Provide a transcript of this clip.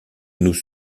nous